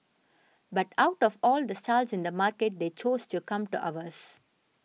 but out of all the stalls in the market they chose to come to ours